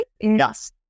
Yes